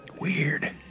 Weird